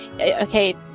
okay